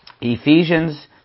Ephesians